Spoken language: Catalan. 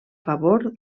favor